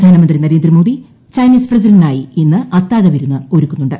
പ്രധാനമന്ത്രി നരേന്ദ്രമോദി ചൈനീസ് പ്രസിഡന്റിനായി ഇന്ന് അത്താഴവിരുന്ന് ഒരുക്കുന്നുണ്ട്